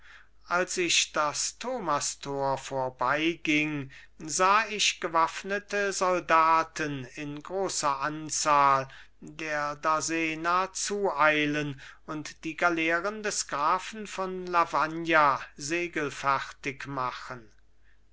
als ich das thomastor vorbeiging sah ich gewaffnete soldaten in großer anzahl der darsena zueilen und die galeeren des grafen von lavagna segelfertig machen